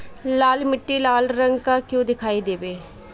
लाल मीट्टी लाल रंग का क्यो दीखाई देबे?